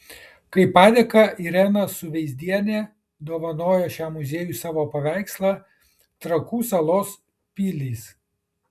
kaip padėką irena suveizdienė dovanojo šiam muziejui savo paveikslą trakų salos pilys